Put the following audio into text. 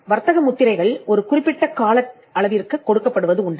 வர்த்தக முத்திரைகள் ஒரு குறிப்பிட்ட கால அளவிற்குக் கொடுக்கப்படுவது உண்டு